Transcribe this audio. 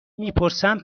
میپرسن